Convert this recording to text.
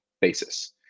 basis